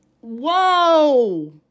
Whoa